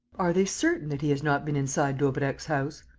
are they certain that he has not been inside daubrecq's house?